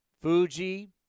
Fuji